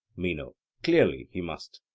meno clearly he must.